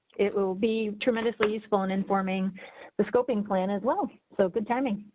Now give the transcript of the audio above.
it will be tremendously useful in informing the scoping plan as well. so good timing.